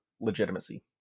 legitimacy